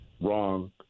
wrong